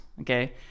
okay